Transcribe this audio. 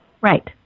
Right